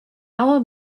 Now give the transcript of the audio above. our